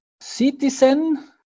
citizen